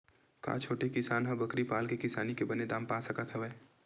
का छोटे किसान ह बकरी पाल के किसानी के बने दाम पा सकत हवय?